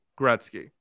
Gretzky